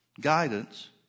guidance